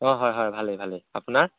অঁ হয় হয় ভালে ভালে আপোনাৰ